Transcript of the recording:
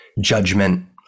judgment